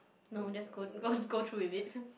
no that's good go go through with it